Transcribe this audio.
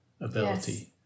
ability